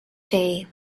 day